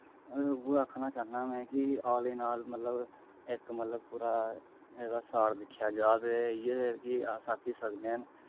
में ते उ'ऐ आक्खना चाह्न्नां ऐ में कि आल इन आल मतलब इक मतलब पूरा एह्दा सार दिक्खेआ जा ते इ'यै जे अस आक्खी सकने न